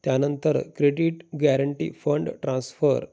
त्यानंतर credit guarantee fund transfer